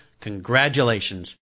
congratulations